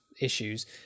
issues